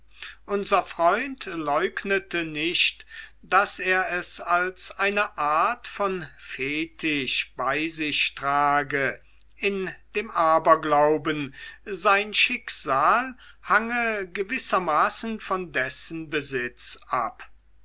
unser freund leugnete nicht daß er es als eine art von fetisch bei sich trage in dem aberglauben sein schicksal hange gewissermaßen von dessen besitz ab